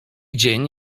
dzień